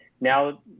Now